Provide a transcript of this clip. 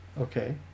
Okay